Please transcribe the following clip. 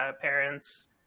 parents